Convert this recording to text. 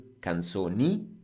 canzoni